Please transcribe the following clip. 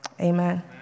Amen